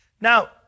Now